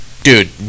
Dude